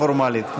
פורמלית.